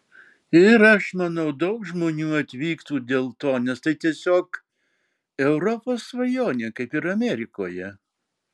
ir aš manau daug žmonių atvyktų dėl to nes tai tiesiog europos svajonė kaip ir amerikoje